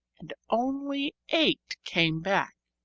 and only eight came back.